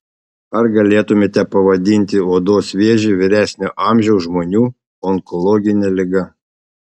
ar galėtumėte pavadinti odos vėžį vyresnio amžiaus žmonių onkologine liga